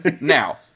Now